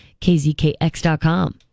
KZKX.com